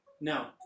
No